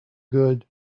good